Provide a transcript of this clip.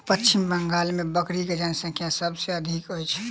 पश्चिम बंगाल मे बकरी के जनसँख्या सभ से अधिक अछि